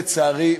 לצערי,